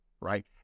Right